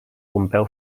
pompeu